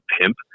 pimp